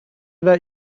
that